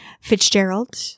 Fitzgerald